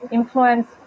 influence